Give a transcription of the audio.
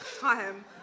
time